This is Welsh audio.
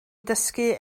dysgu